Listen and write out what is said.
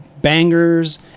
bangers